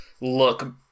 look